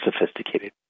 sophisticated